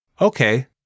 Okay